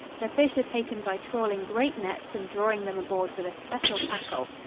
the fish are taken by trawling great nets and drawing them aboard with a special tackle.